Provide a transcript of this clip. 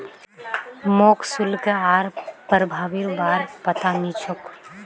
मोक शुल्क आर प्रभावीर बार पता नइ छोक